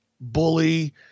bully